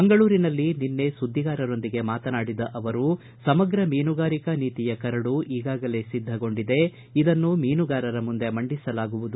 ಮಂಗಳೂರಿನಲ್ಲಿ ನಿನ್ನೆ ಸುದ್ದಿಗಾರರೊಂದಿಗೆ ಮಾತನಾಡಿದ ಅವರು ಸಮಗ್ರ ಮೀನುಗಾರಿಕಾ ನೀತಿಯ ಕರಡು ಈಗಾಗಲೇ ಸಿದ್ದಗೊಂಡಿದೆ ಇದನ್ನು ಮೀನುಗಾರರ ಮುಂದೆ ಮಂಡಿಸಲಾಗುವುದು